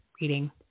reading